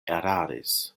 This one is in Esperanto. eraris